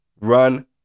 Run